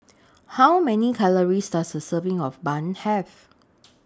How Many Calories Does A Serving of Bun Have